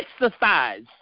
exercise